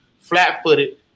flat-footed